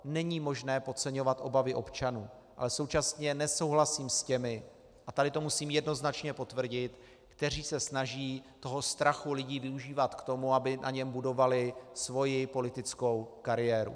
Není možné podceňovat obavy občanů, ale současně nesouhlasím s těmi, a tady to musím jednoznačně potvrdit, kteří se snaží toho strachu lidí využívat k tomu, aby na něm budovali svoji politickou kariéru.